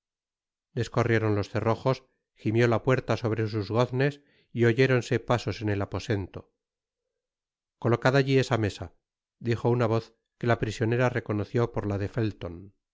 abandono descorrieron los cerrojos gimió la puerta sobre sus goznes y oyéronse pasos en el aposento colocad alli esa mesa dijo una voz que la prisionera reconoció por la de felton